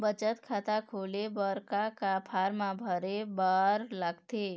बचत खाता खोले बर का का फॉर्म भरे बार लगथे?